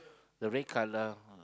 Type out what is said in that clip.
the red colour